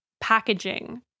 packaging